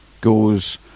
goes